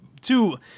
two